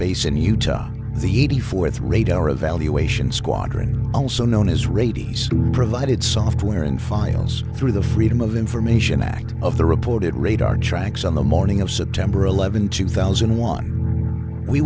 base in utah on the eighty fourth radar evaluation squadron also known as radio provided software and files through the freedom of information act of the reported radar tracks on the morning of september eleventh two thousand and one we